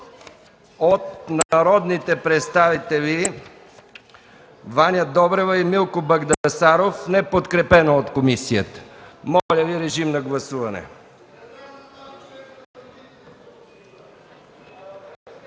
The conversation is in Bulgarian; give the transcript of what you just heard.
от народните представители Ваня Добрева и Милко Багдасаров, неподкрепено от комисията. Моля Ви, режим на гласуване.